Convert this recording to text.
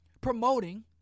promoting